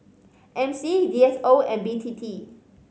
M C D S O and B T T